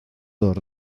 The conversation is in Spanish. dos